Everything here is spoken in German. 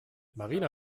marina